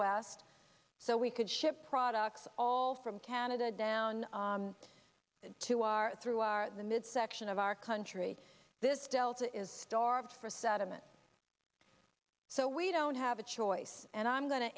west so we could ship products all from canada down to our through our the midsection of our country this delta is starved for sediment so we don't have a choice and i'm going to